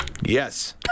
Yes